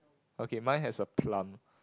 okay mine has a plum